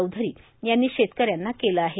चौधरी यांनी शेतकऱ्यांना केले आहे